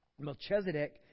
Melchizedek